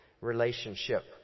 relationship